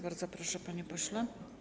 Bardzo proszę, panie pośle.